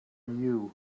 you